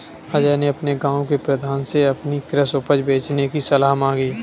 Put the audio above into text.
अजय ने अपने गांव के प्रधान से अपनी कृषि उपज बेचने की सलाह मांगी